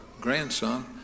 grandson